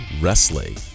wrestling